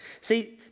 See